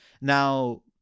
now